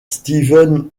steven